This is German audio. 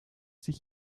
sich